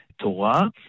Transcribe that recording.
Torah